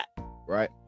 right